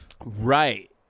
Right